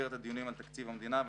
במסגרת הדיונים על תקציב המדינה.